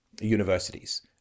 universities